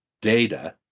data